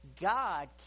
God